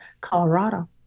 Colorado